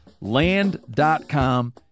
Land.com